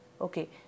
okay